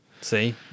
See